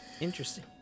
Interesting